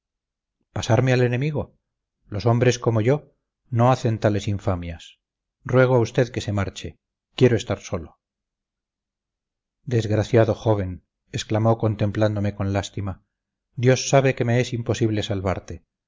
pasarme al enemigo los hombres como yo no hacen tales infamias ruego a usted que se marche quiero estar solo desgraciado joven exclamó contemplándome con lástima dios sabe que me es imposible salvarte